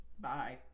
bye